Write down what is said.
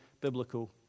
biblical